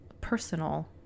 personal